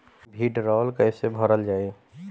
भीडरौल कैसे भरल जाइ?